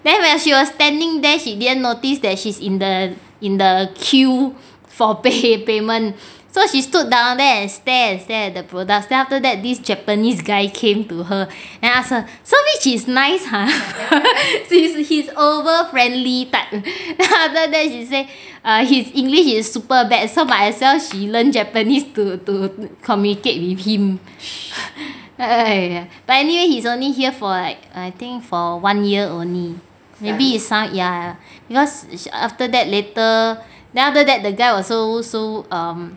then when she was standing there she didn't notice that she's in the in the queue for pay payment so she stood down there and stare and stare at the products then after that this japanese guy came to her then ask her so which is nice ha he's he's over friendly type then after that she say err his english is super bad so might as well she learn japanese to to communicate with him !aiya! but anyway he is only here for like I think for one year only maybe is some ya because after that later then after that later the guy also so err